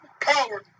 Power